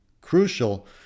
crucial